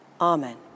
Amen